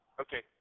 Okay